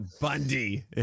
Bundy